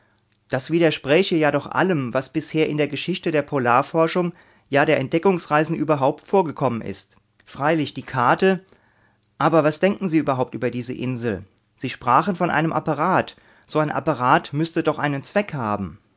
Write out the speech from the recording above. das widerspräche ja doch allem was bisher in der geschichte der polarforschung ja der entdeckungsreisen überhaupt vorgekommen ist freilich die karte aber was denken sie überhaupt über diese insel sie sprachen von einem apparat so ein apparat müßte doch einen zweck haben